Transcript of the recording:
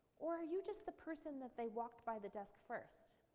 or are you just the person that they walked by the desk first?